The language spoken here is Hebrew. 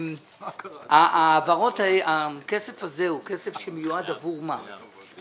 הלכה והצטמצמה עד כדי כך שכשגילינו סוף סוף מה יש